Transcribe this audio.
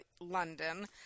London